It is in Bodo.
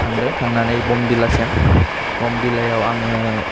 थांदों थांनानै बमडिल्ला सेम बमडिल्लायाव आङो